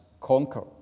conquered